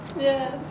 Yes